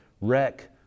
wreck